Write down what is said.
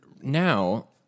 now